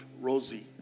Rosie